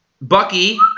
Bucky